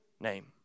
name